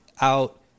out